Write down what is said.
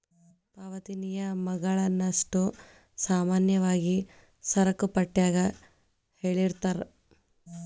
ಪಾವತಿ ನಿಯಮಗಳನ್ನಷ್ಟೋ ಸಾಮಾನ್ಯವಾಗಿ ಸರಕುಪಟ್ಯಾಗ ಹೇಳಿರ್ತಾರ